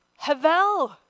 Havel